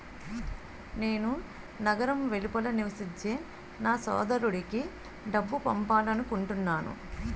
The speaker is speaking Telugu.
నేను నగరం వెలుపల నివసించే నా సోదరుడికి డబ్బు పంపాలనుకుంటున్నాను